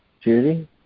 Judy